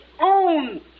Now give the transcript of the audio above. own